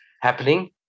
happening